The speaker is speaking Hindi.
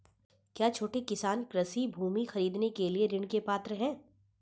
क्या छोटे किसान कृषि भूमि खरीदने के लिए ऋण के पात्र हैं?